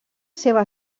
seva